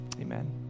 Amen